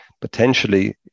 Potentially